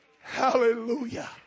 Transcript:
hallelujah